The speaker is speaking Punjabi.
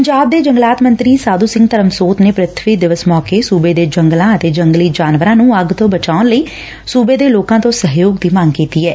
ਪੰਜਾਬ ਦੇ ਜੰਗਲਾਤ ਮੰਤਰੀ ਸਾਧੁ ਸਿੰਘ ਧਰਮਸੋਤ ਨੇ ਪ੍ਰਿਥਵੀ ਦਿਵਸ ਮੌਕੇ ਸੁਬੇ ਦੇ ਜੰਗਲਾਂ ਅਤੇ ਜੰਗਲੀ ਜਾਨਵਰਾਂ ਨੁੰ ਅੱਗ ਤੋਂ ਬਚਾਉਣ ਲਈ ਸੁਬੇ ਦੇ ਲੋਕਾ ਤੋ ਸਹਿਯੋਗ ਦੀ ਮੰਗ ਕੀਡੀ ਏ